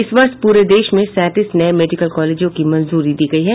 इस वर्ष प्रे देश में सैंतीस नये मेडिकल कॉलेजों की मंजूरी दी गयी है